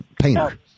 painter